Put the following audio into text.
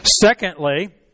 Secondly